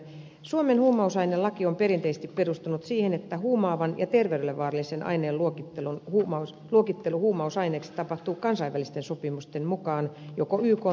suomen huumausainelaki on perinteisesti perustunut siihen että huumaavan ja terveydelle vaarallisen aineen luokittelu huumausaineeksi tapahtuu kansainvälisten sopimusten mukaan joko ykn tai eun valmistelussa